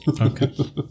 Okay